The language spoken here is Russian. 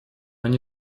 они